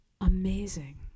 amazing